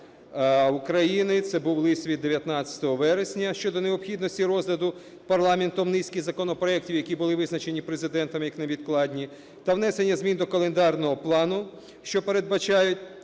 України, це був лист від 19 вересня, щодо необхідності розгляду парламентом низки законопроектів, які були визначені Президентом як невідкладні, та внесення змін до календарного плану, що передбачають